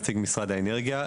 נציג משרד האנרגיה,